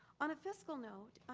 on a fiscal note,